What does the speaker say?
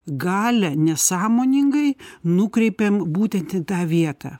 galią nesąmoningai nukreipiam būtent į tą vietą